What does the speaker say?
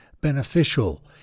beneficial